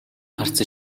харц